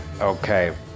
okay